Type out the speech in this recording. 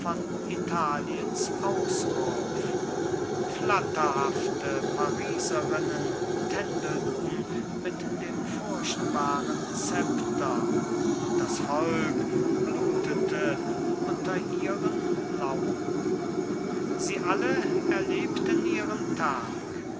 italiens auswurf flatterhafte pariserinnen tändelten mit dem furchtbaren scepter und das volk blutete unter ihren launen sie alle erlebten ihren tag